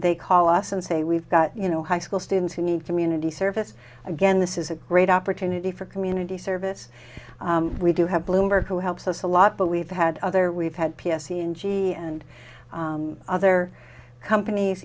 they call us and say we've got you know high school students who need community service again this is a great opportunity for community service we do have bloomberg who helps us a lot but we've had other we've had p s e and g and other companies